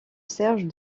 serge